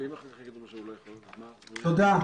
תודה.